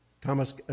Thomas